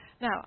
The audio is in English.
Now